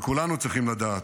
וכולנו צריכים לדעת,